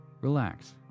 Relax